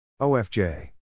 OFJ